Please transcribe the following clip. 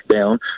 down